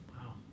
Wow